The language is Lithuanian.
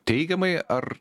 teigiamai ar